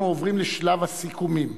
אנחנו עוברים לשלב הסיכומים.